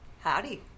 Howdy